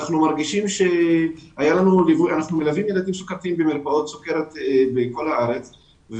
אנחנו מלווים ילדים סוכרתיים במרפאות סוכרת בכל הארץ,